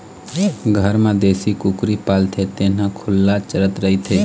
घर म देशी कुकरी पालथे तेन ह खुल्ला चरत रहिथे